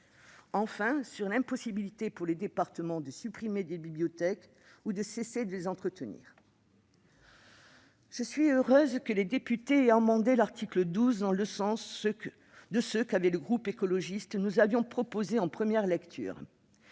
enfin, sur l'impossibilité pour les départements de supprimer des bibliothèques ou de cesser de les entretenir. Je suis heureuse que les députés aient amendé l'article 12 dans le sens de ce qu'avec le groupe écologiste nous avions proposé en première lecture.